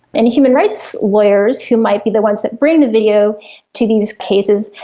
and human rights lawyers, who might be the ones that bring the video to these cases,